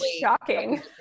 shocking